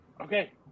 okay